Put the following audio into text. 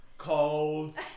cold